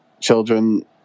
children